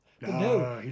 No